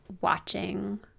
watching